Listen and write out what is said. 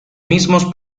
mismos